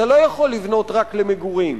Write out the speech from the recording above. אתה לא יכול לבנות רק למגורים.